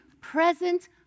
present